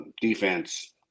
defense